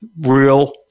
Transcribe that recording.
Real